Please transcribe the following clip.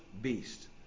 beast